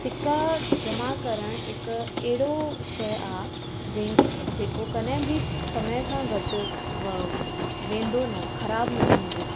सिक्का जमा करण हिक अहिड़ो शइ आहे जिन जेको कॾहिं बि समय सां घटि वेंदो न ख़राब न थींदो